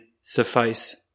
suffice